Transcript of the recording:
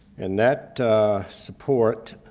and that support